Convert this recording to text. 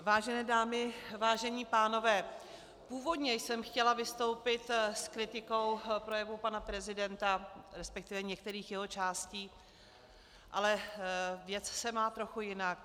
Vážené dámy, vážení pánové, původně jsem chtěla vystoupit s kritikou projevu pana prezidenta, resp. některých jeho částí, ale věc se má trochu jinak.